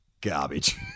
garbage